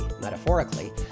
metaphorically